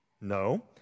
No